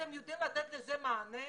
אתם יודעים לתת לזה מענה?